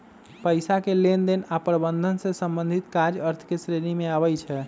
पइसा के लेनदेन आऽ प्रबंधन से संबंधित काज अर्थ के श्रेणी में आबइ छै